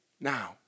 now